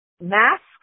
masks